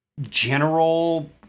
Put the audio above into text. general